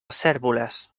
cérvoles